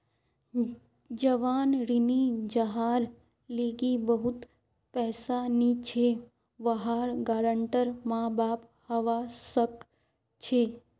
जवान ऋणी जहार लीगी बहुत पैसा नी छे वहार गारंटर माँ बाप हवा सक छे